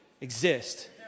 exist